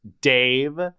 Dave